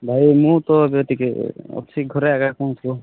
ଭାଇ ମୁଁ ତ ଏବେ ଟିକେ ଅଛି ଘରେ ଏକା କ'ଣ କୁହ